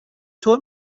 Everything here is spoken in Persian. طور